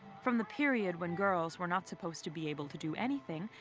from the period when girls were not supposed to be able to do anything,